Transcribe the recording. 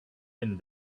and